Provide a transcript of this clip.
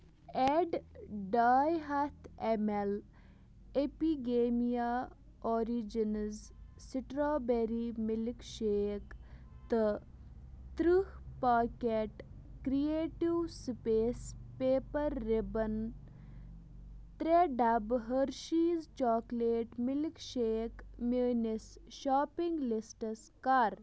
add ڈاے ہَتھ M L Epigamia آریٖجٮ۪نز سِٹرٛابیٚری مِلک شیک تہٕ ترٕٛہ packet creative space paper ribbon ترٛےٚ ڈبہٕ ہرشیٖز چاکلیٹ مِلک شیک میٛٲنِس شاپنٛگ لِسٹَس کَر